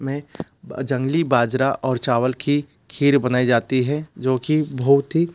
में जंगली बाजरा और चावल की खीर बनाई जाती हैं जो की बहुत ही